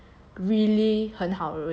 really 很好 already